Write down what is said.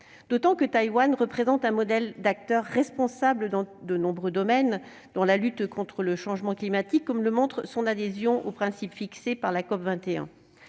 d'autant que Taïwan représente un modèle d'acteur responsable dans de nombreux domaines, par exemple la lutte contre le changement climatique, comme le montre son adhésion aux principes fixés par la COP21.